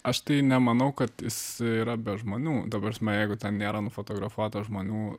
aš tai nemanau kad jis yra be žmonių ta prasme jeigu ten nėra nufotografuota žmonių